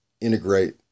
integrate